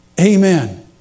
Amen